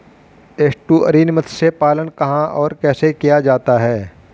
Estuarine मत्स्य पालन कहां और कैसे किया जाता है?